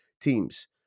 teams